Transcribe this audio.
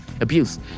abuse